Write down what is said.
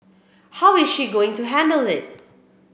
how is she going to handle it